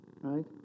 right